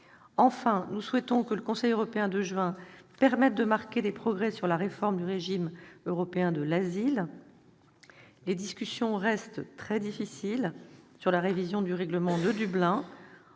Enfin, nous souhaitons que le Conseil européen de juin prochain permette de marquer des progrès sur la réforme du régime européen de l'asile. Les discussions restent très difficiles sur la révision du règlement de Dublin,